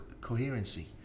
coherency